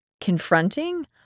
confronting